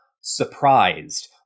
surprised